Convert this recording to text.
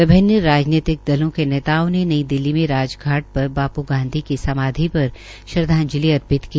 विभिन्न राजनीतिक दलों के नेताओं ने नई दिल्ली में राजधाट पर बाप् गांधी की समाधि पर श्रदवाजंलि अर्पित की